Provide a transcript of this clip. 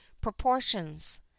proportions